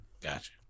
Gotcha